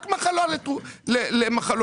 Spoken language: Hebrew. רק מחלות לב.